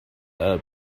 her